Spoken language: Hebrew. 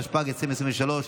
התשפ"ג 2023,